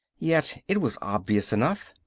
yet it was obvious enough.